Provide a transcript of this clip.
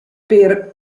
per